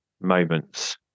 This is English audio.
moments